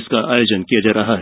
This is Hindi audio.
इसका आयोजन किया जा रहा है